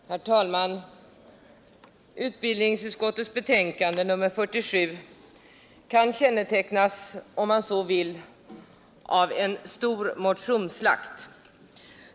Herr talman! Utbildningsutskottets betänkande nr 47 kännetecknas, om man så vill säga, av en stor motionsslakt.